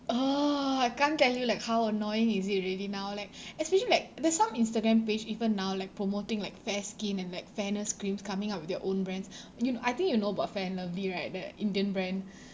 ugh I can't tell you like how annoying is it really now like especially like there's some instagram page even now like promoting like fair skin and like fairness creams coming up with their own brands a~ you know I think you know about fair and lovely right that indian brand